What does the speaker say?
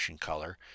color